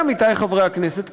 עמיתי חברי הכנסת,